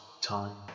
time